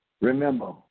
Remember